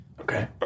Okay